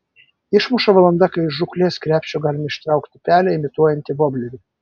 išmuša valanda kai iš žūklės krepšio galime ištraukti pelę imituojantį voblerį